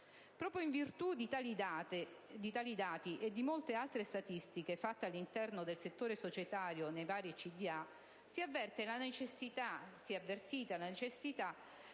Proprio in virtù di tali dati e di molte altre statistiche fatte all'interno del settore societario nei vari CDA si è avvertita la necessità